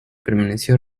permaneció